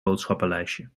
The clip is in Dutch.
boodschappenlijstje